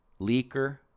Leaker